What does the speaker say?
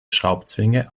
schraubzwinge